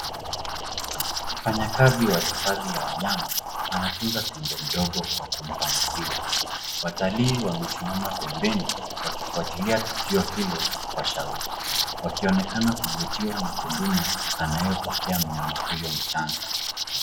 Mfanyakazi wa hifadhi ya wanyama, anamtunza tembo mdogo kwa kumpa maziwa. Watalii wamesimama pembeni, wakifuatilia tukio hilo, kwa shauku, wakionekana kuvutiwa na huduma, anayopokea mnyama huyo mchanga.